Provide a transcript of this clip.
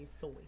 soy